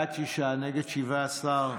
בעד, שישה, נגד, 17,